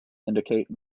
indicate